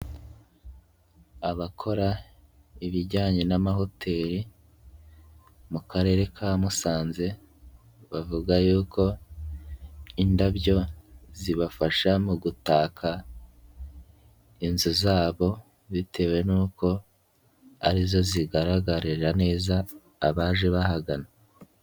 Abakora ibijyanye n'amahoteli mu karere ka Musanze, bavuga yuko indabyo zibafasha mu gutaka inzu zabo, bitewe n'uko arizo zigaragarira neza abaje bahagana.